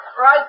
right